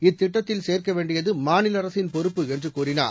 இத்திட்டத்தில் சேர்க்க வேண்டியது மாநில அரசின் பொறுப்பு என்று கூறினார்